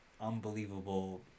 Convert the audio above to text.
unbelievable